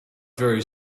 very